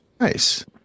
Nice